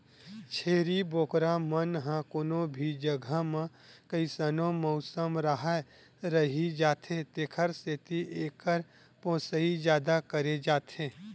छेरी बोकरा मन ह कोनो भी जघा म कइसनो मउसम राहय रहि जाथे तेखर सेती एकर पोसई जादा करे जाथे